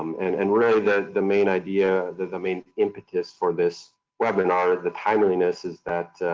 um and and really, the the main idea, the the main impetus for this webinar, the timeliness is that,